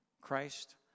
Christ